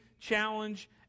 challenge